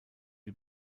die